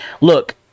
look